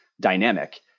dynamic